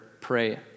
pray